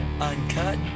Uncut